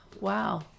Wow